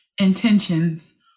intentions